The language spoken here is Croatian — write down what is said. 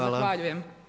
Zahvaljujem.